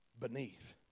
beneath